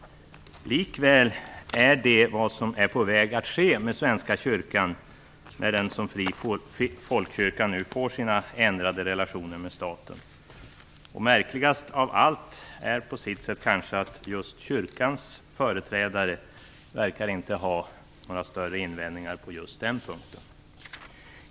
Likväl är detta vad som är på väg att ske med Svenska kyrkan när nu folkkyrkan får sina relationer med staten förändrade. Märkligast av allt är att just kyrkans företrädare inte verkar att ha några större invändningar på den punkten.